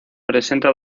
presenta